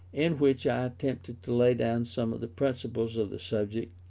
in which i attempted to lay down some of the principles of the subject,